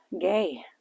gay